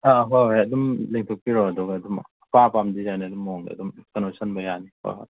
ꯑꯥ ꯑꯥ ꯍꯣꯏ ꯍꯣꯏ ꯑꯗꯨꯝ ꯂꯦꯡꯊꯣꯛꯄꯤꯔꯛꯑꯣ ꯑꯗꯨꯒ ꯑꯗꯨꯝ ꯑꯄꯥꯝ ꯑꯄꯥꯝꯕ ꯗꯤꯖꯥꯏꯟꯗꯣ ꯑꯗꯨꯏ ꯃꯑꯣꯡꯗ ꯑꯗꯨꯝ ꯐꯅꯕ ꯁꯤꯟꯕ ꯌꯥꯅꯤ ꯍꯣꯏ ꯍꯣꯏ